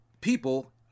people